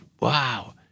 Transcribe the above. wow